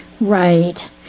Right